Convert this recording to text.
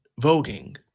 Voguing